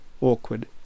Awkward